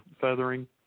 feathering